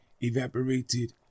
evaporated